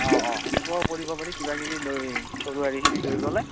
অ অ সেনেকুৱাও কৰিব পাৰি কিবা কিবি লৈ চৰু খিনি লৈ গ'লে